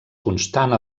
constant